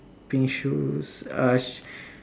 pink shoes err